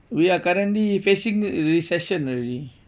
we are currently facing recession already